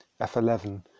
f11